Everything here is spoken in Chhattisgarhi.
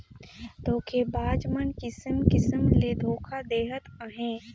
धोखेबाज मन किसिम किसिम ले धोखा देहत अहें